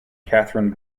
catherine